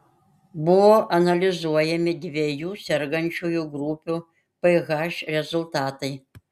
buvo analizuojami dviejų sergančiųjų grupių ph rezultatai